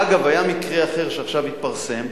אגב, היה מקרה אחר, שעכשיו התפרסם,